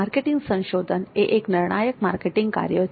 marketing સંશોધન એ એક નિર્ણાયક માર્કેટિંગ કાર્ય છે